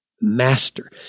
master